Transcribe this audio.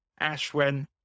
ashwin